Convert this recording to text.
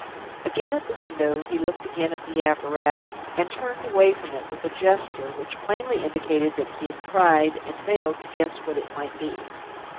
again at the window, he looked again at the apparatus, and turned away from it with a gesture which plainly indicated that he had tried, and failed, to guess what it might be.